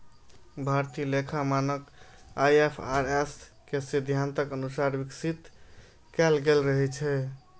भारतीय लेखा मानक आई.एफ.आर.एस के सिद्धांतक अनुसार विकसित कैल गेल रहै